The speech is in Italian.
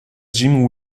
jim